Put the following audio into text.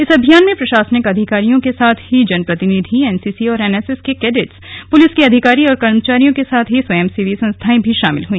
इस अभियान में प्रशासनिक अधिकारियों के साथ ही जनप्रतिनिधि एनसीसी और एनएसएस के कैडेट्स पुलिस के अधिकारी और कर्मचारियों के साथ ही स्वयंसेवी संस्थाएं भी शामिल हुई